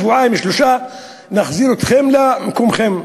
שבתוך שבועיים-שלושה יחזירו אותם למקומם,